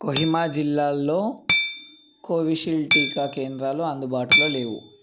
కొహిమా జిల్లాల్లో కోవిషీల్డ్ టీకా కేంద్రాలు అందుబాటులో లేవు